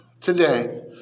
today